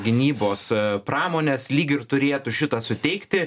gynybos pramonės lyg ir turėtų šitą suteikti